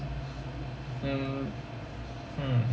mm hmm